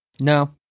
no